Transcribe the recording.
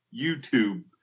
YouTube